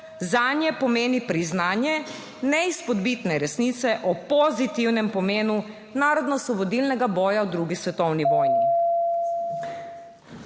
zanje pomeni priznanje neizpodbitne resnice o pozitivnem pomenu narodnoosvobodilnega boja v drugi svetovni vojni.